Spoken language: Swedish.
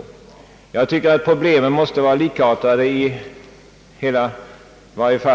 Så långt jag förstår måste problemen vara likartade i hela